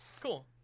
cool